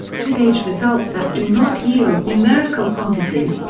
to gauge results that do not yield numerical quantities,